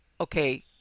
okay